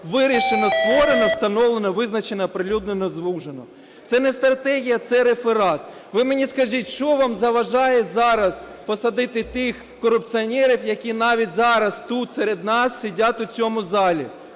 вирішено, створено, встановлено, визначено, оприлюднено, звужено. Це не стратегія – це реферат. Ви мені скажіть, що вам заважає зараз посадити тих корупціонерів, які навіть зараз тут серед нас сидять у цьому залі?